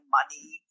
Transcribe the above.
money